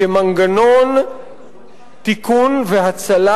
כמנגנון תיקון והצלה,